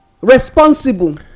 responsible